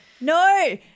No